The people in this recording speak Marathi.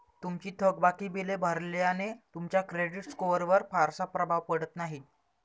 तुमची थकबाकी बिले भरल्याने तुमच्या क्रेडिट स्कोअरवर फारसा प्रभाव पडत नाही